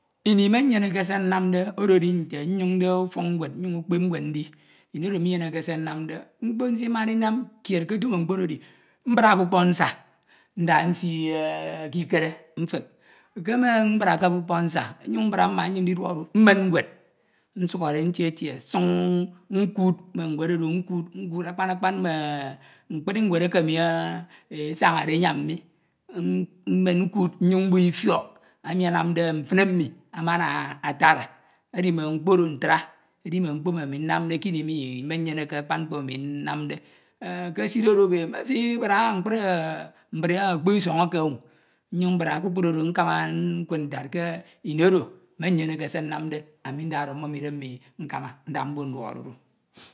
Ini me nyeneke se nnamde oro edi nynīde ufọk ñwed, nyoñde ukpep ñwed ndi, Ini oro minyeneke se nnamde, mkpo nsimade ndinam kied ke otu mme mkpo oro edi, mbra obuk pọk nsa nda nsi ekikere mfep, ke me mbra ke obukpọk nsa nnyuñ mbra mma nyoñ ndiduọk odudu, mmen ñwed nsukhọde ntie ntie suñ ñkud mme ñwed oro ñkud akpan akpan mkpin ñwed eke mi esañade enyene miñ nmen nkud nnyuñ mbo ifiok emi anamde mfine mmi amana atam edi mme mkpo oro ntra edi mme mkpo emi ami nnamde kini mi menyeneke akpan mkpo emi nnamde. Enh ke eside odo ebe efep, nsimbra mbra mkpri okpo Isọñ eke o nnyuñ mbra kpukpru oro Ini oro nyuñ nkama nkud nte kini oro menyeneke se nnamde, nda oro mmum Idem mmi nkama mbo nduọk odudu.